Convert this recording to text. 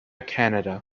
canada